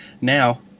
now